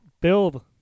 build